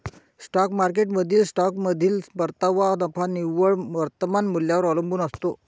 stock मार्केटमधील स्टॉकमधील परतावा नफा निव्वळ वर्तमान मूल्यावर अवलंबून असतो